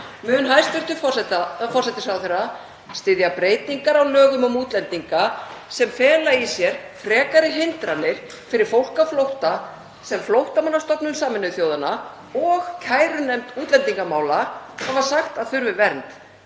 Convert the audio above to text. Mun hæstv. forsætisráðherra styðja breytingar á lögum um útlendinga sem fela í sér frekari hindranir fyrir fólk á flótta sem Flóttamannastofnun Sameinuðu þjóðanna og kærunefnd útlendingamála hafa sagt að þurfi vernd?